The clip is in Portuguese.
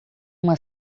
uma